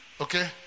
Okay